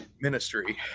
ministry